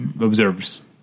observes